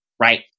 Right